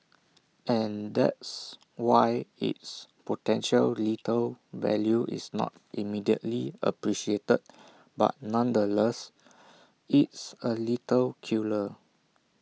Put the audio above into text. and that's why its potential lethal value is not immediately appreciated but nonetheless it's A lethal killer